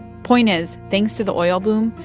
point is, thanks to the oil boom,